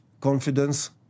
confidence